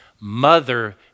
Mother